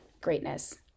greatness